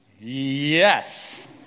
yes